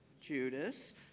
Judas